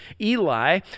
Eli